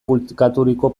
bulkaturiko